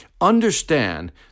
Understand